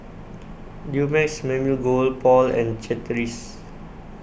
Dumex Mamil Gold Paul and Chateraise